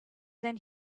than